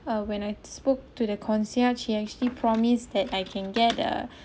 uh when I spoke to the concierge he actually promised that I can get a